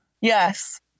Yes